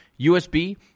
usb